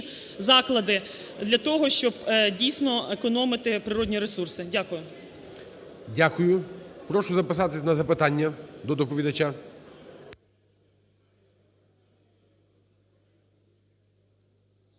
заклади для того, щоб, дійсно, економити природні ресурси. Дякую. ГОЛОВУЮЧИЙ. Дякую. Прошу записатись на запитання до доповідача.